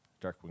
darkwing